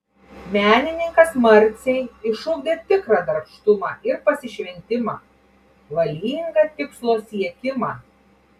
menininkas marcei išugdė tikrą darbštumą ir pasišventimą valingą tikslo siekimą